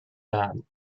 namen